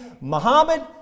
Muhammad